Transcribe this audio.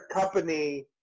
company